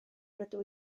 rydw